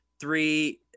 three